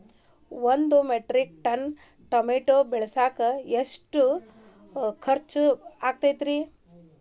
ಒಂದು metric ton tomato ಬೆಳಸಾಕ್ ಆಳಿಗೆ ಎಷ್ಟು ಖರ್ಚ್ ಆಕ್ಕೇತ್ರಿ?